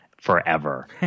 forever